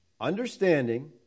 Understanding